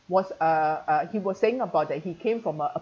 was uh uh he was saying about that he came from a